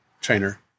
trainer